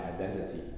identity